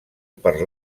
per